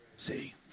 see